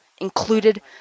included